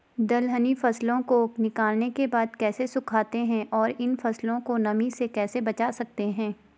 दलहनी फसलों को निकालने के बाद कैसे सुखाते हैं और इन फसलों को नमी से कैसे बचा सकते हैं?